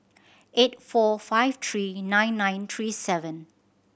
eight four five three nine nine three seven